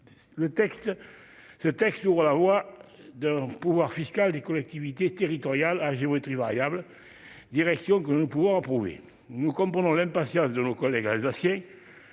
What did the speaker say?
Ce texte ouvre la voie à un pouvoir fiscal des collectivités territoriales à géométrie variable, ce que nous ne pouvons pas approuver. Nous comprenons l'impatience de nos collègues alsaciens.